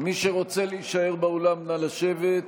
מי שרוצה להישאר באולם, נא לשבת.